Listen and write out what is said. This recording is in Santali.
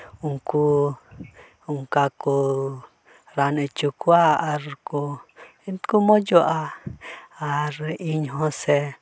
ᱩᱱᱠᱩ ᱚᱱᱠᱟ ᱠᱚ ᱨᱟᱱ ᱦᱚᱪᱚ ᱠᱚᱣᱟ ᱟᱨᱠᱚ ᱩᱱᱠᱩ ᱢᱚᱡᱚᱜᱼᱟ ᱟᱨ ᱤᱧᱦᱚᱸ ᱥᱮ